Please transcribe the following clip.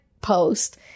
post